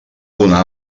una